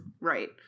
right